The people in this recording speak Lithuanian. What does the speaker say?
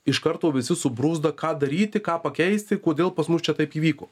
iš karto visi subruzda ką daryti ką pakeisti kodėl pas mus čia taip įvyko